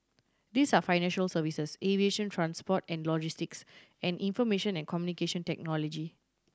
these are financial services aviation transport and logistics and information and Communication Technology